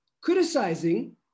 criticizing